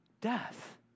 death